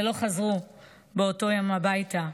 ולא חזרו באותו יום הביתה.